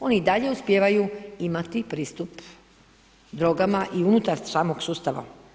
Oni i dalje uspijevaju imati pristup drogama i unutar samog sustava.